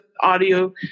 audio